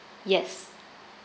yes